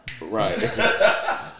Right